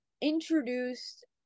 introduced